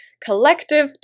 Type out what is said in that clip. collective